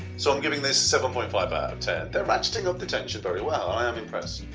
so i'm giving this seven point five ah um ten they are ratcheting up the tensions very well, i'm impressed.